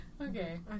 Okay